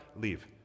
leave